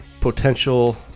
Potential